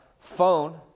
phone